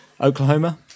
Oklahoma